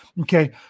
Okay